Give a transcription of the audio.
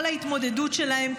כל ההתמודדות שלהם,